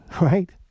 right